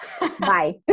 Bye